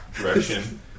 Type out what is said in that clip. direction